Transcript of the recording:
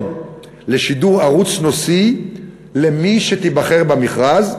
לשידור ערוץ נושאי למי שייבחר במכרז,